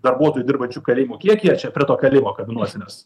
darbuotojų dirbančių kalėjimo kiekį čia prie to kalėjimo kabinuosi nes